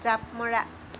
জাপ মৰা